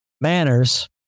Manners